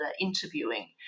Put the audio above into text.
interviewing